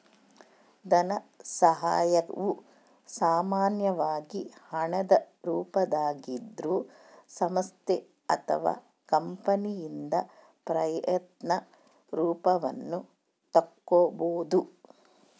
ಧನಸಹಾಯವು ಸಾಮಾನ್ಯವಾಗಿ ಹಣದ ರೂಪದಾಗಿದ್ರೂ ಸಂಸ್ಥೆ ಅಥವಾ ಕಂಪನಿಯಿಂದ ಪ್ರಯತ್ನ ರೂಪವನ್ನು ತಕ್ಕೊಬೋದು